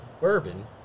bourbon